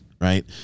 right